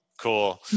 Cool